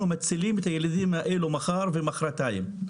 מצילים את הילדים האלו מחר ומחרתיים.